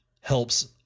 helps